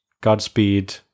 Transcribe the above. Godspeed